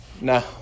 No